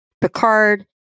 Picard